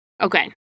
Okay